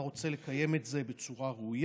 אתה רוצה לקיים את זה בצורה ראויה,